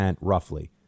roughly